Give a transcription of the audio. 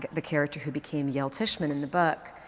the character who became yale tishman in the book,